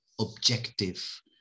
objective